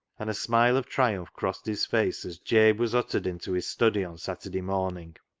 and a smile of triumph crossed his face as jabe was ushered into his study on saturday morning.